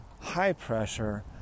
high-pressure